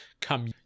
come